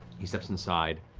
he steps inside,